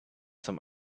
some